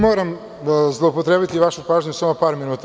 Moram zloupotrebiti vašu pažnju samo par minuta.